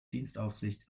dienstaufsicht